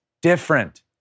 different